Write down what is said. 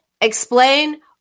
explain